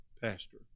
pastor